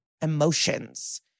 emotions